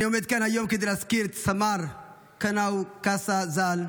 אני עומד כאן היום כדי להזכיר את סמ"ר קנאו קאסה ז"ל.